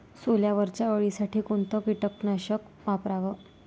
सोल्यावरच्या अळीसाठी कोनतं कीटकनाशक वापराव?